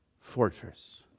fortress